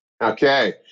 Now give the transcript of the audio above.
Okay